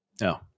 No